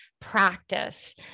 practice